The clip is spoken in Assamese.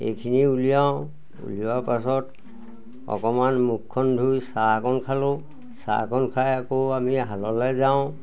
এইখিনি উলিয়াওঁ উলিওৱাৰ পাছত অকণমান মুখখন ধুই চাহকণ খালোঁ চাহকণ খাই আকৌ আমি হাললৈ যাওঁ